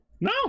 No